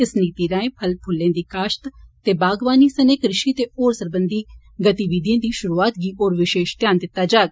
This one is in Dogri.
इस नीति रायें फल फूलें दी काश्त ते बागवानी सने कृषि ते होर सरबंधि गतिविधिये दी शुरूआत गी होर विशेष ध्यान दिता जाग